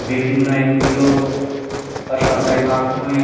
বিভিন্ন এনজিও বা সরকারি মাধ্যমের